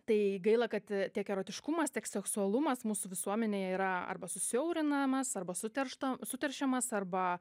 tai gaila kad tiek erotiškumas tiek seksualumas mūsų visuomenėj yra arba susiaurinamas arba suteršta suteršiamas arba